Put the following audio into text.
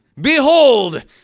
Behold